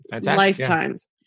lifetimes